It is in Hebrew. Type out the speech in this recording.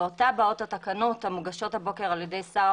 ואותה באות התקנות המוגשות הבוקר על ידי שר